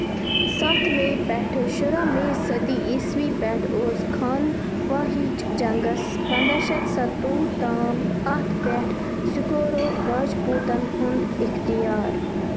سَتھ میے پٮ۪ٹھٕ شُراہ میے صٔدی عیسوی پٮ۪ٹھ اوس خانواہٕچ جنٛگَس پَنداہ شیٚتھ سَتوُہ تام اَتھ پٮ۪ٹھ سکورور راجپوتَن ہُنٛد اِختیار